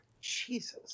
Jesus